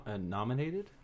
nominated